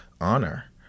honor